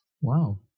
Wow